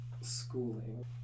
schooling